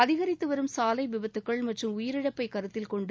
அதிகரித்து வரும் சாலை விபத்துக்கள் மற்றும் உயிரிழப்பை கருத்தில் கொண்டு